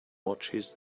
watches